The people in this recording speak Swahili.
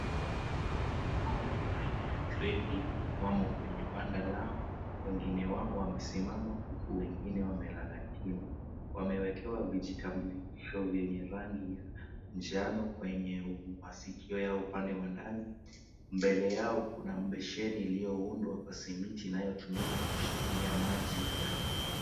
Ng'ombe wa aina ya gredi, wamo kwenye banda lao. Wengine wao wamesimama huku wengine wamelala chini. Wamewekewa vijitambulisho vyenye rangi ya njano kwenye masikio yao. Upande wa ndani mbele yao, kuna besheni iliyoundwa kwa simiti inayotumika kushikilia maji yao.